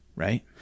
Right